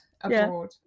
abroad